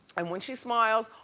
and when she smiles,